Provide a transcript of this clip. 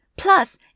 Plus